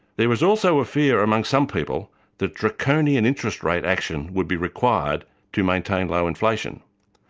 there was also a fear among some people that draconian interest rate action would be required to maintain low inflation.